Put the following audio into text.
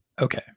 okay